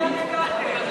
תראה לאן הגעתם.